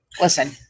listen